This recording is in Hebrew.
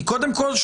קודם כול,